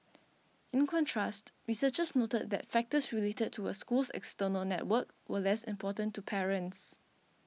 in contrast researchers noted that factors related to a school's external network were less important to parents